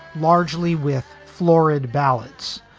largely with florid ballads,